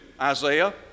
Isaiah